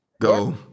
Go